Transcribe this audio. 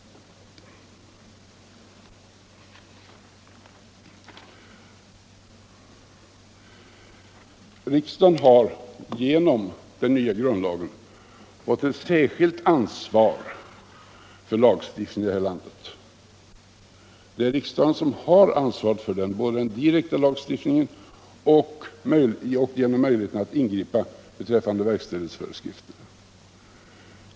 Riksdagen har genom den nya grundlagen fått ett särskilt ansvar för lagstiftningen i det här landet. Riksdagen har ansvaret för den direkta lagstiftningen och har getts möjlighet att ingripa för utfärdandet av verkställighetsföreskrifter.